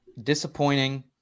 disappointing